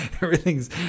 Everything's